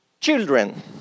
children